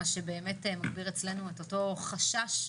מה שבאמת מגביר אצלנו את אותו חשש,